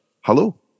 Hello